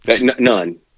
None